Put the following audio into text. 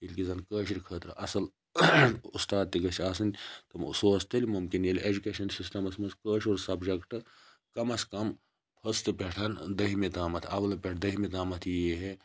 ییٚلہِ کہِ زَن کٲشِر خٲطرٕ اصل اُستاد تہِ گَژھِ آسٕنۍ سُہ اوس تیٚلہِ مُمکِن ییٚلہِ ایٚجُکیشَن سِسٹَمَس مَنٛز کٲشُر سَبجَکٹ کَمَس کَم فٔسٹ پیٚٹھ دٔہمہِ تامَتھ اَولہٕ پیٚٹھ دٔہمہِ تامَتھ یہِ یی ہے